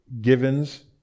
givens